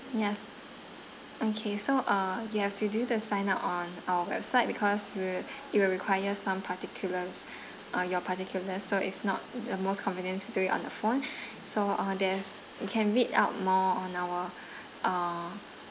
yes okay so uh you have to do the sign up on our website because we will it will require some particulars uh your particular so it's not the most convenience to do it on the phone so uh there's you can read up more on our uh